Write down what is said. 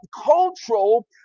cultural